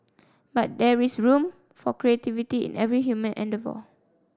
but there is room for creativity in every human endeavour